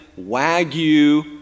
Wagyu